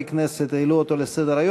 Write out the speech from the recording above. כמה חברי כנסת העלו אותו לסדר-היום.